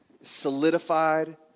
solidified